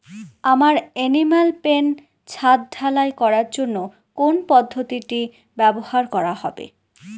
আমার animal pen ছাদ ঢালাই করার জন্য কোন পদ্ধতিটি ব্যবহার করা হবে?